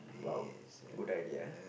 !wow! good idea